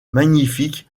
magnifique